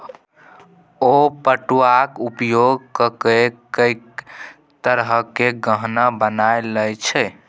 ओ पटुआक उपयोग ककए कैक तरहक गहना बना लए छै